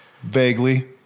Vaguely